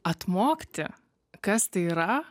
atmokti kas tai yra